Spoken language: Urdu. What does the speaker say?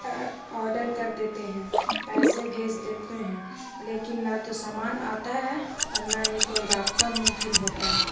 آڈر کر دیتے ہیں پیسے بھیج دیتے ہیں لیکن نہ تو سامان آتا ہے اور نہ ہی کوئی رابطہ ممکن ہوتا ہے